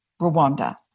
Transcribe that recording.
Rwanda